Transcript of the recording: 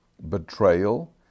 betrayal